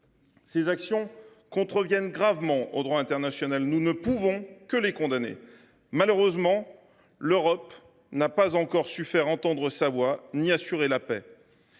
Ces actions contreviennent gravement au droit international. Nous ne pouvons que les condamner. Malheureusement, l’Europe n’a pas encore su faire entendre sa voix ni assurer la paix.